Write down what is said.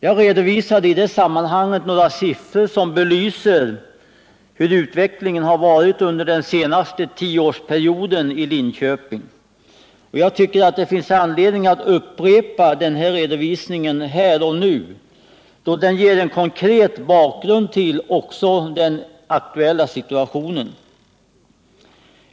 Jag redovisade i det sammanhanget några siffror som belyser industriutvecklingen i Linköping under den senaste tioårsperioden. Jag tycker att det finns anledning att nu upprepa denna redovisning, då den ger en konkret bakgrund också till den nu aktuella situationen.